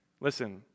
Listen